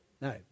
No